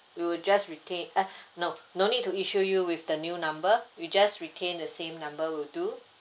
you will just retain eh no no need to issue you with the new number you just retain the same number will do